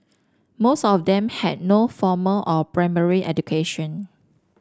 most of them had no formal or primary education